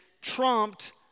trumped